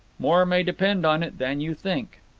more may depend on it than you think.